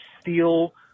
steel